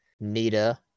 Nita